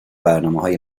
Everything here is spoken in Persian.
برنامههای